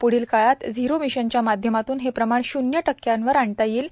प्ढील काळात झिरो मिशनच्या माध्यमातून हे प्रमाण शून्य टक्क्यांवर आणण्यात येईल